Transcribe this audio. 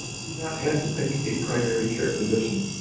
you do not have to pick a primary care physician,